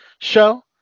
show